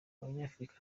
abanyafurika